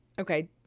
okay